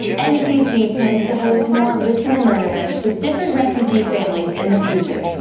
n c c. plans to host more listen and learn events with different refugee families in the future.